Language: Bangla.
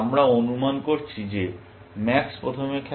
আমরা অনুমান করছি যে ম্যাক্স প্রথম খেলে